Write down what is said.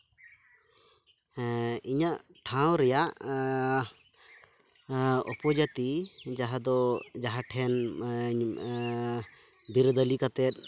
ᱤᱧᱟᱹᱜ ᱴᱷᱟᱶ ᱨᱮᱭᱟᱜ ᱩᱯᱚᱡᱟᱛᱤ ᱡᱟᱦᱟᱸ ᱫᱚ ᱡᱟᱦᱟᱸᱴᱷᱮᱱ ᱵᱤᱨᱟᱹᱫᱟᱞᱤ ᱠᱟᱛᱮᱫ